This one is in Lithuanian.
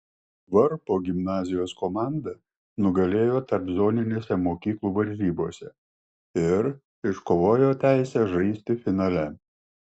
varpo gimnazijos komanda nugalėjo tarpzoninėse mokyklų varžybose ir iškovojo teisę žaisti finale